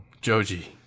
Joji